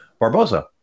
Barbosa